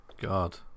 God